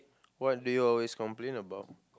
what do you always complain about